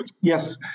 Yes